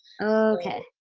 Okay